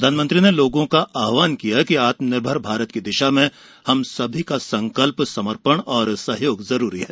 प्रधानमंत्री ने लोगों का आव्हान किया है कि आत्मनिर्भर भारत की दिशा में हम सभी का संकल्प समर्पण और सहयोग जरूरी है